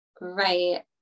right